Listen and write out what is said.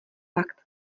fakt